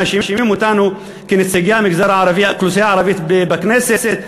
מאשימים אותנו כנציגי האוכלוסייה הערבית בכנסת,